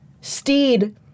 Steed